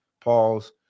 pause